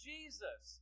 Jesus